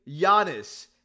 Giannis